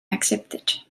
accepted